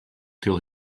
till